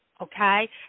okay